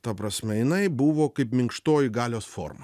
ta prasme jinai buvo kaip minkštoji galios forma